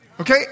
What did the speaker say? Okay